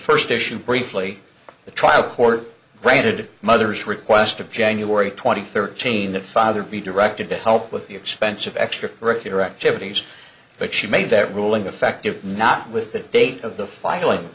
first issue briefly the trial court granted mother's request of january twenty third chain that father be directed to help with the expense of extracurricular activities but she made that ruling effective not with the date of the filing